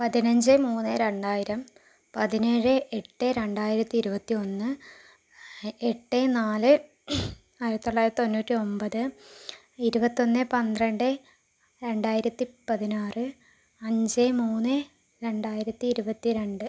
പതിനഞ്ച് മൂന്ന് രണ്ടായിരം പതിനേഴ് എട്ട് രണ്ടായിരത്തി ഇരുപത്തി ഒന്ന് എട്ട് നാല് ആയിരത്തി തൊള്ളായിരത്തി തൊണ്ണൂറ്റി ഒൻപത് ഇരുവത്തൊന്ന് പന്ത്രണ്ട് രണ്ടായിരത്തി പതിനാറ് അഞ്ച് മൂന്ന് രണ്ടായിരത്തി ഇരുവത്തി രണ്ട്